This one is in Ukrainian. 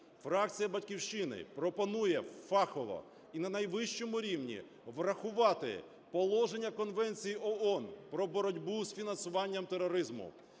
Фракція "Батьківщини" пропонує фахово і на найвищому рівні врахувати положення Конвенції ООН про боротьбу з фінансуванням тероризму.